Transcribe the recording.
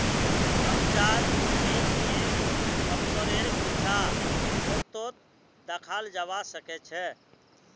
नवजात उद्यमीक एक अवसरेर पीछा करतोत दखाल जबा सके छै